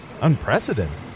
unprecedented